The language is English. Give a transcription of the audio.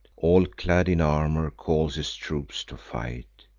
all clad in armor, calls his troops to fight.